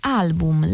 album